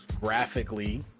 graphically